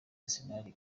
arsenal